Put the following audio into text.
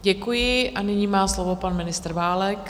Děkuji a nyní má slovo pan ministr Válek.